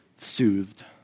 soothed